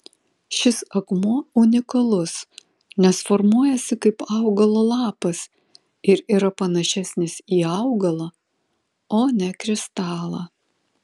šis akmuo unikalus nes formuojasi kaip augalo lapas ir yra panašesnis į augalą o ne kristalą